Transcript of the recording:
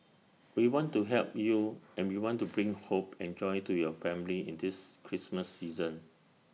we want to help you and we want to bring hope and joy to your family in this Christmas season